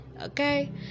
okay